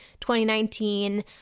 2019